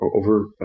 over